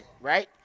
right